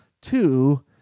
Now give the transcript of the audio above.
Two